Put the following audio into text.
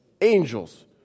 Angels